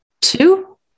two